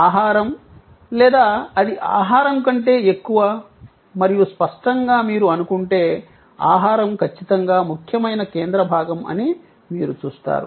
ఆహారం లేదా అది ఆహారం కంటే ఎక్కువ మరియు స్పష్టంగా మీరు అనుకుంటే ఆహారం ఖచ్చితంగా ముఖ్యమైన కేంద్ర భాగం అని మీరు చూస్తారు